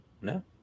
no